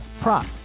prop